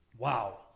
Wow